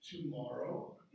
tomorrow